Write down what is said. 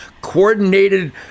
coordinated